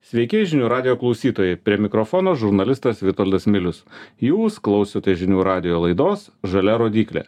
sveiki žinių radijo klausytojai prie mikrofono žurnalistas vitoldas milius jūs klausotės žinių radijo laidos žalia rodyklė